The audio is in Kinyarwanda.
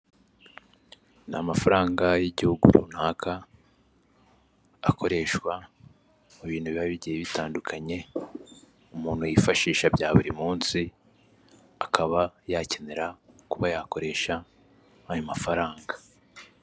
Ni amafaranga y'igihugu runaka akoreshwa mu bintu biba bigiye bitandukanye, umuntu yifashisha bya buri munsi akaba yakenera kuba yakoresha ayo mafaranga.